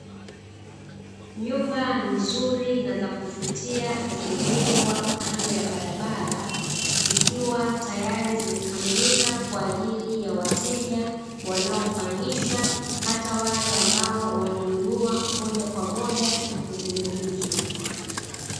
Nyumba nzuri na za kuvutia zimejengwa kando ya barabara zikiwa tayari zimekamilika kwa ajili ya wateja wanaopangisha hata wale ambao wananunua moja kwa moja na kuzimiliki.